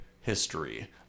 history